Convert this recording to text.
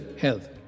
health